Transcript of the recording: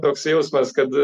toks jausmas kad